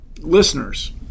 Listeners